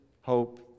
hope